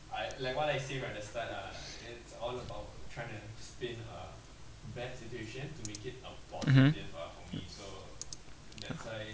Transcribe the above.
mmhmm